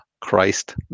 Christ